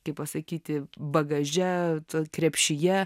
kaip pasakyti bagaže krepšyje